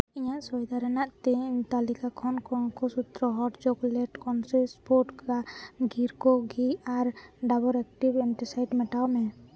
ᱤᱧᱟᱹᱜ ᱥᱚᱭᱫᱟ ᱨᱮᱭᱟᱜ ᱛᱟᱹᱞᱤᱠᱟ ᱠᱷᱚᱱ ᱦᱚᱴ ᱪᱚᱠᱞᱮᱴ ᱠᱚᱱᱥᱮᱥ ᱯᱷᱩᱰ ᱜᱤᱨ ᱠᱳ ᱜᱷᱤ ᱟᱨ ᱰᱟᱵᱚᱨ ᱮᱠᱴᱤᱵᱷ ᱮᱱᱴᱤᱥᱟᱭᱤᱰ ᱢᱮᱴᱟᱣ ᱢᱮ